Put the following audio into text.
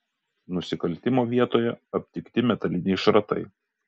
nusikaltimo vietoje aptikti metaliniai šratai